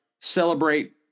celebrate